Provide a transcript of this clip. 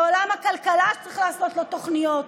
לעולם הכלכלה, שצריך לעשות בו תוכניות,